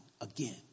again